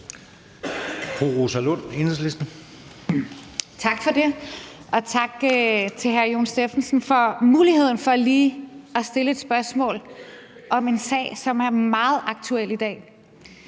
Tak for det, og tak til hr. Jon Stephensen for muligheden for lige at stille et spørgsmål om en sag, som er meget aktuel.